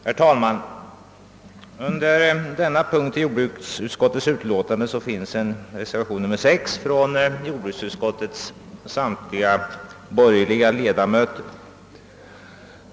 Herr talman! Under denna punkt i jordbruksutskottets utlåtande finns en reservation, nr 6, av jordbruksutskottets samtliga borgerliga ledamöter.